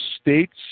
states